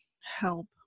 help